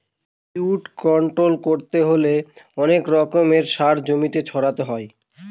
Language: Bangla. উইড কন্ট্রল করতে হলে অনেক রকমের সার ক্ষেতে ছড়াতে হয়